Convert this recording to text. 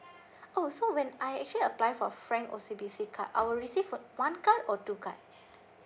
oh so when I actually apply for frank O_C_B_C card I will receive for one card or two card